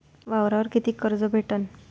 वावरावर कितीक कर्ज भेटन?